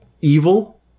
evil